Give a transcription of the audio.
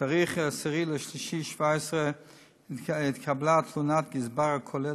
בתאריך 10 במרס 2017 התקבלה תלונת גזבר הכולל